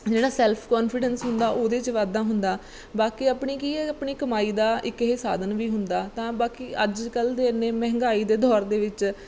ਜਿਹੜਾ self confidence ਹੁੰਦਾ ਉਹਦੇ 'ਚ ਵਾਧਾ ਹੁੰਦਾ ਬਾਕੀ ਆਪਣੀ ਕੀ ਆਪਣੀ ਕਮਾਈ ਦਾ ਇੱਕ ਇਹ ਸਾਧਨ ਵੀ ਹੁੰਦਾ ਤਾਂ ਬਾਕੀ ਅੱਜ ਕੱਲ੍ਹ ਦੇ ਇੰਨੇ ਮਹਿੰਗਾਈ ਦੇ ਦੌਰ ਦੇ ਵਿੱਚ